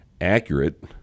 accurate